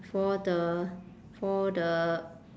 for the for the